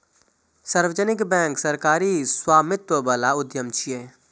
सार्वजनिक बैंक सरकारी स्वामित्व बला उद्यम छियै